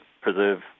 preserve